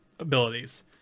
abilities